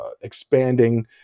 expanding